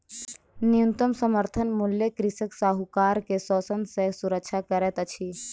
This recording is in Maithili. न्यूनतम समर्थन मूल्य कृषक साहूकार के शोषण सॅ सुरक्षा करैत अछि